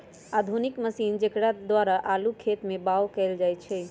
आधुनिक मशीन जेकरा द्वारा आलू खेत में बाओ कएल जाए छै